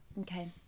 Okay